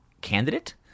candidate